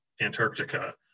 Antarctica